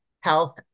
health